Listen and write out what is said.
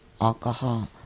alcohol